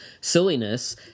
silliness